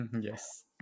Yes